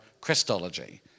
Christology